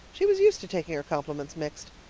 she was used to taking her compliments mixed.